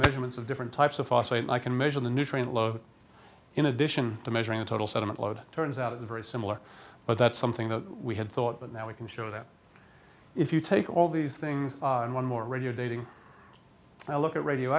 measurements of different types of phosphate i can measure the nutrient load in addition to measuring the total sediment load turns out a very similar but that's something that we had thought but now we can show that if you take all these things in one more radio dating now look at radio